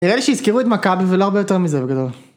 נראה לי שהזכירו את מכבי ולא הרבה יותר מזה, בגדול